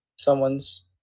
someone's